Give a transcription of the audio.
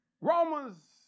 Romans